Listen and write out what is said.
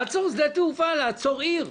זה לעצור שדה תעופה, לעצור עיר.